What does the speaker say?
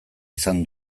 izan